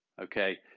Okay